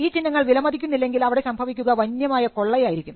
ഈ ചിഹ്നങ്ങൾ വിലമതിക്കുന്നില്ലെങ്കിൽ അവിടെ സംഭവിക്കുക വന്യമായ കൊള്ളയായിരിക്കും